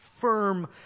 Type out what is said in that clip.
firm